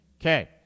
Okay